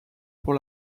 pour